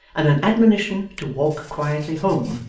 and an admonition to walk quietly home,